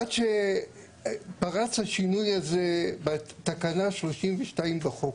עד שפרץ השינוי הזה בתקנה 32 בחוק,